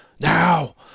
Now